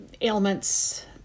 ailments